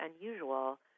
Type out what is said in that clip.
unusual